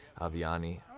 Aviani